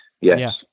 Yes